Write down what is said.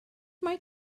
mae